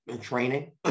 training